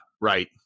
right